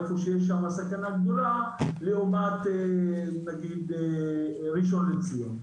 איפה שיש שם סכנה גדולה לעומת נגיד ראשון לציון.